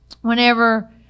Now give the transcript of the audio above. Whenever